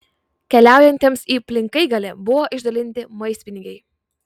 keliaujantiems į plinkaigalį buvo išdalinti maistpinigiai